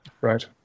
Right